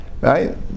right